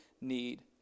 need